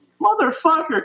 Motherfucker